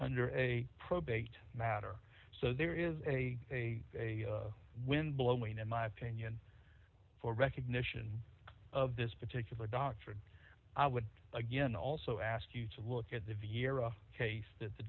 under a probate matter so there is a wind blowing in my opinion for recognition of this particular doctor and i would again also ask you to look at the year a case that the